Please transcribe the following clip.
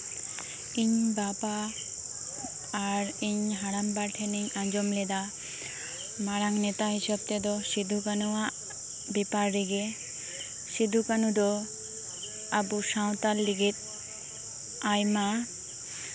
ᱤᱧ ᱵᱟᱵᱟ ᱟᱨ ᱤᱧ ᱦᱟᱲᱟᱢ ᱵᱟ ᱴᱷᱮᱱ ᱤᱧ ᱟᱸᱡᱚᱢ ᱞᱮᱫᱟ ᱢᱟᱨᱟᱝ ᱱᱮᱛᱟ ᱦᱤᱥᱟᱹᱵ ᱛᱮᱫᱚ ᱥᱤᱫᱩᱼᱠᱟᱹᱱᱩ ᱟᱜ ᱵᱮᱯᱟᱨ ᱨᱮᱜᱮ ᱥᱤᱫᱩ ᱠᱟᱹᱱᱩ ᱫᱚ ᱟᱵᱚ ᱥᱟᱶᱛᱟᱞ ᱞᱟᱹᱜᱤᱫ ᱟᱭᱢᱟ